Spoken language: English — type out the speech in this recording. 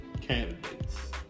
candidates